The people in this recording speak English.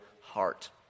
heart